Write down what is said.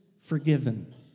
forgiven